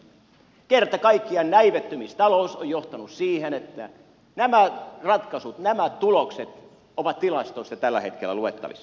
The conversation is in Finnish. kerta kaikkiaan näivettymistalous on johtanut siihen että nämä ratkaisut nämä tulokset ovat tilastoista tällä hetkellä luettavissa